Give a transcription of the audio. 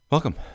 Welcome